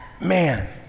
Man